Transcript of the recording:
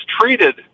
treated